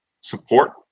support